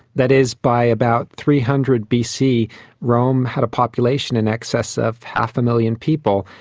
that is, by about three hundred bc rome had a population in excess of half a million people,